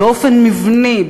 באופן מבני,